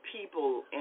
people